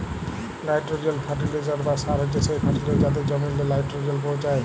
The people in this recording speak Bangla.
লাইটোরোজেল ফার্টিলিসার বা সার হছে সেই ফার্টিলিসার যাতে জমিললে লাইটোরোজেল পৌঁছায়